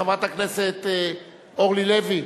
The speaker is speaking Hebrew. חברת הכנסת אורלי לוי,